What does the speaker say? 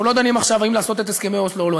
אנחנו לא דנים עכשיו האם לעשות את הסכמי אוסלו או לא.